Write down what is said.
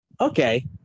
Okay